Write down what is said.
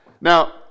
Now